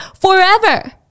forever